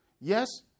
Yes